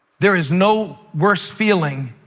there is no worse feeling